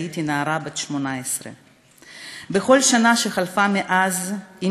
כשהייתי נערה בת 18. בכל שנה שחלפה מאז היא